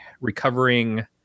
recovering